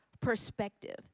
perspective